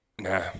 Nah